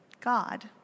god